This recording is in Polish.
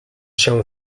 się